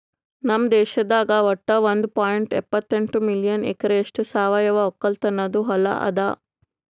ನಮ್ ದೇಶದಾಗ್ ವಟ್ಟ ಒಂದ್ ಪಾಯಿಂಟ್ ಎಪ್ಪತ್ತೆಂಟು ಮಿಲಿಯನ್ ಎಕರೆಯಷ್ಟು ಸಾವಯವ ಒಕ್ಕಲತನದು ಹೊಲಾ ಅದ